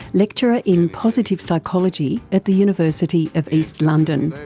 lecturer in positive psychology at the university of east london,